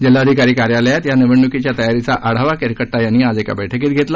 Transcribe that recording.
जिल्हाधिकारी कार्यालयात या निवडणुकीच्या तयारीचा आढावा केरकट्टा यांनी आज एका बर्क्कीत घेतला